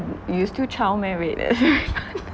you still child meh